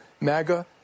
MAGA